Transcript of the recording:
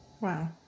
Wow